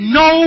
no